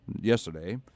yesterday